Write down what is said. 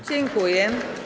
Dziękuję.